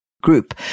group